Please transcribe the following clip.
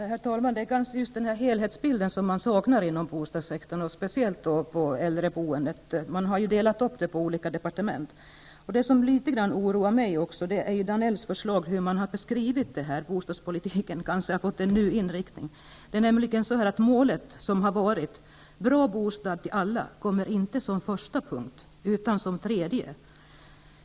Herr talman! Det är kanske just helhetsbilden man saknar inom bostadssektorn, speciellt på äldreboendets område. Regeringen har ju delat upp frågorna på olika departement. Det som litet grand oroar mig är hur detta har beskrivits i Danells förslag -- kanske har bostadspolitiken fått en ny inriktning. Det tidigare målet en bra bostad till alla kommer nu inte som första punkt, utan som tredje.